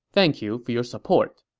thank you your support!